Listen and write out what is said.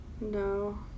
No